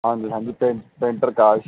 ਹਾਂਜੀ ਹਾਂਜੀ ਪੇਂ ਪੇਂਟਰ ਅਕਾਸ਼